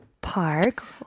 park